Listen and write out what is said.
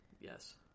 yes